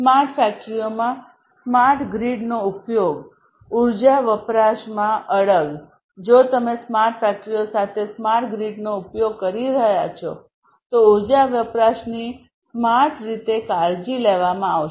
smart ફેક્ટરીઓમાં smart ગ્રીડનો ઉપયોગ ઉર્જા વપરાશમાં અડગજો તમે સ્માર્ટ ફેક્ટરીઓ સાથે સ્માર્ટ ગ્રીડનો ઉપયોગ કરી રહ્યાં છો તો ઉર્જા વપરાશની સ્માર્ટ રીતે કાળજી લેવામાં આવશે